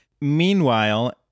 Meanwhile